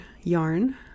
yarn